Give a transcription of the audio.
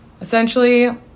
Essentially